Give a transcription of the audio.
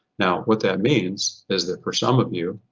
now what that means is that for some of you,